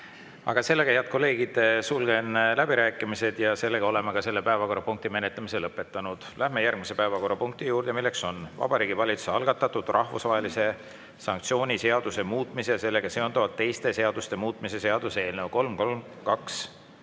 asjakohane. Head kolleegid, sulgen läbirääkimised ja oleme selle päevakorrapunkti menetlemise lõpetanud. Läheme järgmise päevakorrapunkti juurde, milleks on Vabariigi Valitsuse algatatud rahvusvahelise sanktsiooni seaduse muutmise ja sellega seonduvalt teiste seaduste muutmise seaduse eelnõu 332